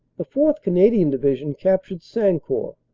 the fourth. canadian division captured sancourt,